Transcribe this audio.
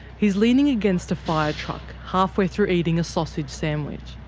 he's leaning against a fire truck, halfway through eating a sausage sandwich.